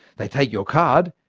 they take your card,